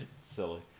Silly